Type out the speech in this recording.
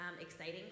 exciting